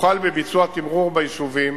הוחל בביצוע תמרור ביישובים